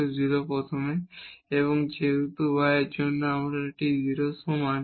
এবং তারপর যেহেতু y এর জন্য এটি 0 এর সমান